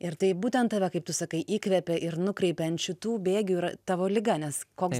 ir taip būtent tave kaip tu sakai įkvepia ir nukreipia ant šitų bėgių yra tavo liga nes koks